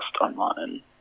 online